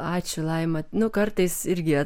ačiū laima nu kartais irgi